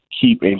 keep